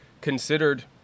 considered